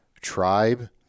tribe